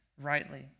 rightly